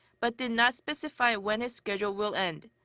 but did not specify when his schedule will end.